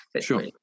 Sure